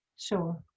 sure